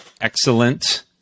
excellent